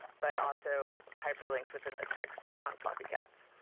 but also hyperlinks within the text on floppycats.